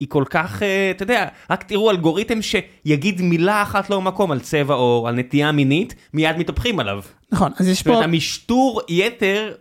היא כל כך, אתה יודע, רק תראו אלגוריתם שיגיד מילה אחת לא במקום על צבע או על נטייה מינית מייד מתהפכים עליו. המשטור יתר.